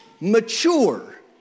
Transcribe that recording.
mature